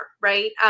right